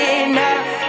enough